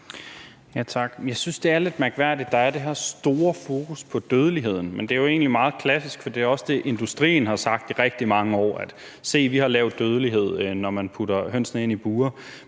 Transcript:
Jeg synes, det er lidt mærkværdigt, at der er det her store fokus på dødeligheden. Men det er jo egentlig meget klassisk, for det er også det, industrien har sagt i rigtig mange år: Se, vi har en lav dødelighed, når man putter hønsene ind i bure.